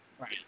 Right